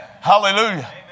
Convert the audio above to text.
Hallelujah